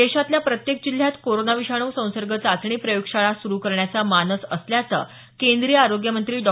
देशातल्या प्रत्येक जिल्ह्यात कोरोना विषाणू संसर्ग चाचणी प्रयोगशाळा सुरू करण्याचा मानस असल्याचे केंद्रीय आरोग्यमंत्री डॉ